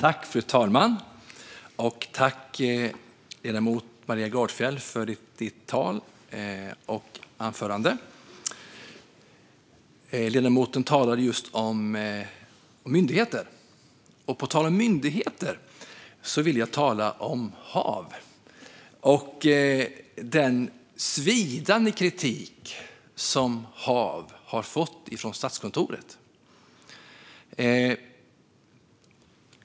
Fru talman! Jag tackar ledamoten Maria Gardfjell för hennes anförande. Ledamoten talade just om myndigheter. På tal om myndigheter vill jag tala om HaV och den svidande kritik som HaV har fått från Statskontoret.